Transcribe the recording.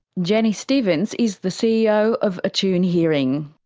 jenny stevens is the ceo of attune hearing.